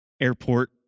airport